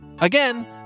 Again